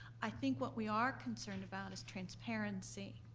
i think what we are concerned about is transparency.